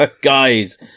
Guys